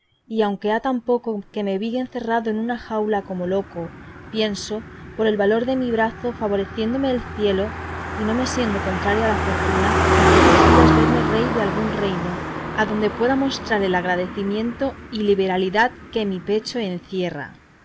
y aunque ha tan poco que me vi encerrado en una jaula como loco pienso por el valor de mi brazo favoreciéndome el cielo y no me siendo contraria la fortuna en pocos días verme rey de algún reino adonde pueda mostrar el agradecimiento y liberalidad que mi pecho encierra